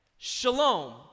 Shalom